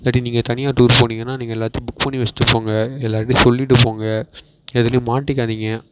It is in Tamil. இல்லாட்டி நீங்கள் தனியாக டூர் போனீங்கன்னால் நீங்கள் எல்லாத்தையும் புக் பண்ணி வச்சுட்டு போங்க எல்லார்டையும் சொல்லிட்டு போங்க எதிலயும் மாட்டிக்காதிங்க